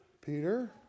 Peter